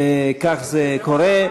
וכך זה קורה.